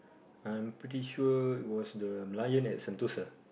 I'm pretty sure was the lion at Sentosa